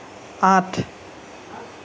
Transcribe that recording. আঠ